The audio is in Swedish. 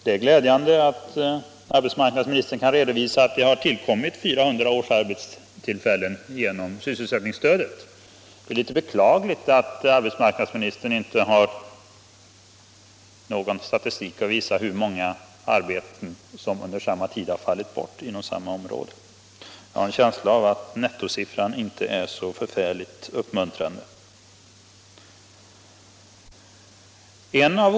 Det är glädjande att arbetsmarknadsministern kan redovisa att det genom sysselsättningsstödet har tillkommit 400 årsarbetstillfällen. Det är beklagligt att arbetsmarknadsministern inte har någon statistik som visar hur många arbetstillfällen som under denna tid fallit bort inom samma område. Jag har en känsla av ait nettosiffran inte är så förfärligt uppmuntrande.